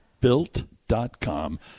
built.com